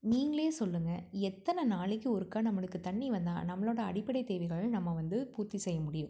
நீங்களே சொல்லுங்கள் எத்தனை நாளைக்கு ஒருக்கா நம்மளுக்குத் தண்ணி வந்தால் நம்மளோடய அடிப்படைத் தேவைகளை நம்ம வந்து பூர்த்தி செய்ய முடியும்